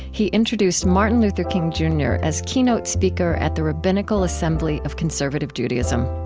he introduced martin luther king, jr. as keynote speaker at the rabbinical assembly of conservative judaism.